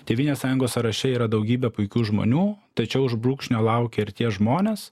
tėvynės sąjungos sąraše yra daugybė puikių žmonių tačiau už brūkšnio laukia ir tie žmonės